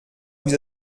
vous